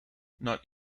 not